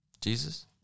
Jesus